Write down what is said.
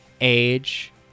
age